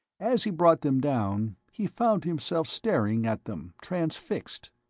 as he brought them down, he found himself staring at them, transfixed.